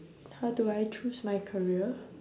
how do I choose my career